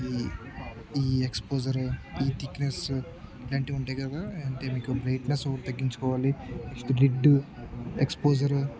ఈ ఈ ఎక్స్పోజర్ ఈ థిక్నెస్ ఇలాంటివి ఉంటాయి కదా అంటే మీకు బ్రైట్నెస్ ఒకటి తగ్గించుకోవాలి లిడ్డు ఎక్స్పోజర్